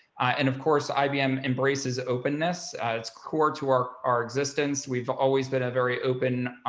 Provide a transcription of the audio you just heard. and of course, ibm embraces openness at its core to our, our existence. we've always been a very open